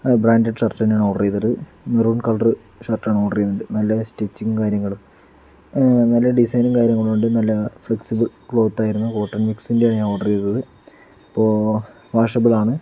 അത് branded shirt തന്നെയാണ് order ചെയ്തത് മെറൂൺ കളർ ഷർട്ടാണ് ഓർഡറ് ചെയ്തത് നല്ല സ്റ്റിച്ചിങ് കാര്യങ്ങളും നല്ല ഡിസൈനും കാര്യങ്ങളും ഉണ്ട് നല്ല ഫ്ലെക്സിബിൾ ക്ലോത്ത് ആയിരുന്നു കോട്ടൻ മിക്സിന്റെ ആയിരുന്നു ഓർഡറ് ചെയ്തത് അപ്പൊൾ വാഷബിൾ ആണ്